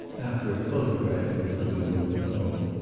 after a photograph in the living room at home,